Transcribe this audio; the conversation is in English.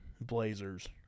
Blazers